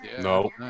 No